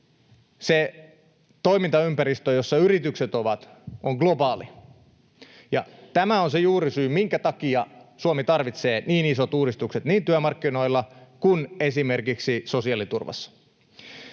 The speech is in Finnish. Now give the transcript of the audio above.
se toimintaympäristö, jossa yritykset ovat, on globaali. Ja tämä on se juurisyy, minkä takia Suomi tarvitsee niin isot uudistukset niin työmarkkinoilla kuin esimerkiksi sosiaaliturvassa.